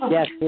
Yes